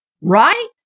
Right